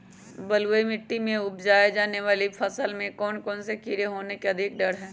बलुई मिट्टी में उपजाय जाने वाली फसल में कौन कौन से कीड़े होने के अधिक डर हैं?